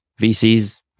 VCs